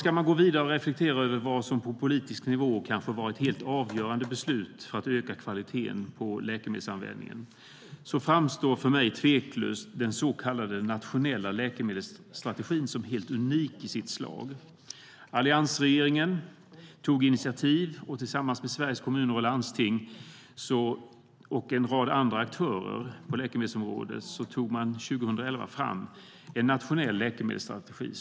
Ska man då vidare reflektera över vad som på politisk nivå varit helt avgörande beslut för att öka kvaliteten i läkemedelsanvändningen framstår för mig tveklöst den så kallade nationella läkemedelsstrategin som helt unik i sitt slag. Alliansregeringen och Sveriges Kommuner och Landsting tog tillsammans med en rad aktörer på läkemedelsområdet 2011 fram en nationell läkemedelsstrategi.